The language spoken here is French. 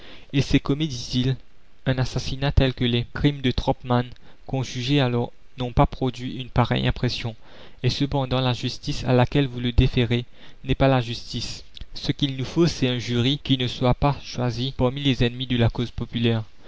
il s'est commis dit-il un assassinat tel que les crimes de troppman qu'on jugeait alors n'ont pas produit une pareille impression et cependant la justice à laquelle vous le déférez n'est pas la justice ce qu'il nous faut c'est un jury qui ne soit pas choisi parmi les ennemis de la cause populaire